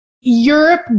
Europe